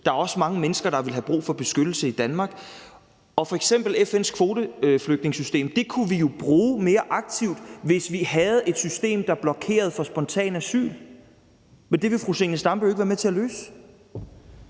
Der er også mange mennesker, der ville have brug for beskyttelse i Danmark. Og f.eks. FN's kvoteflygtningesystem kunne vi jo bruge mere aktivt, hvis vi havde et system, der blokerede for spontant asyl. Men det vil fru Zenia Stampe jo ikke være med til at løse.